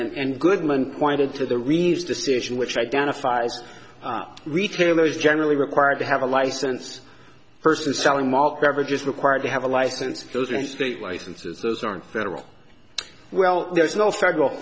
and goodman pointed to the reeves decision which identifies retailers generally required to have a license person selling malt beverages required to have a license those are state licenses those aren't federal well there's no federal